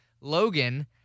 Logan